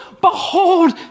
behold